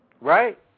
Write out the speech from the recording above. right